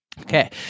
Okay